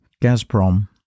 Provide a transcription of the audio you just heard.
Gazprom